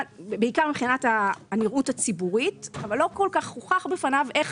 בעיקר מבחינת הנראות הציבורית אבל לא כל כך הוכח בפניו איך